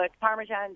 Parmesan